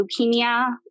leukemia